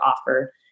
offer